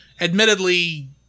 admittedly